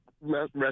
rest